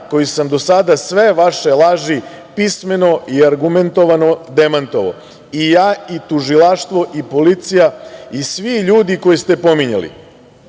koji sam do sada sve vaše laži pismeno i argumentovano demantovao i ja i tužilaštvo i policija i svi ljudi koje ste pominjali.